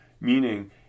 Meaning